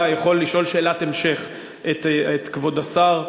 יכול לשאול שאלת המשך את כבוד השר,